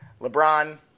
LeBron